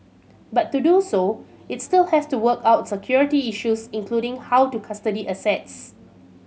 but to do so it still has to work out security issues including how to custody assets